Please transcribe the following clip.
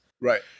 right